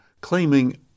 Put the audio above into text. Claiming